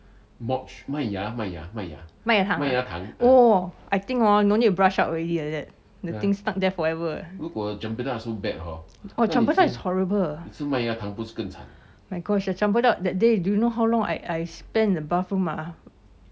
麦芽糖啊 oh I think hor no need to brush up already like that the stuck there forever uh oh chempedak is horrible my gosh the chempedak that day do you know how long I I spend in the bathroom ah